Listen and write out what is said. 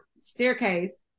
staircase